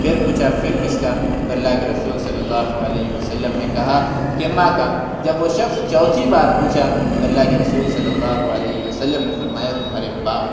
پھر پوچھا پھر کس کا تو اللہ کے رسول صلی اللہ علیہ وسلم نے کہا کہ ماں کا جب وہ شخص چوتھی بار پوچھا تو اللہ کے رسول صلی اللہ علیہ وسلم نے فرمایا تمہارے باپ کا